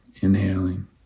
inhaling